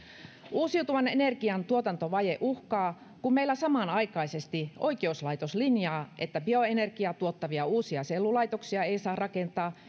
uusiutuvan energian tuotantovaje uhkaa kun meillä samanaikaisesti oikeuslaitos linjaa että bioenergiaa tuottavia uusia sellulaitoksia ei saa rakentaa